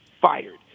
fired